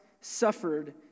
suffered